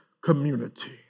community